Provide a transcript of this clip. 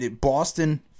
Boston